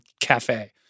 cafe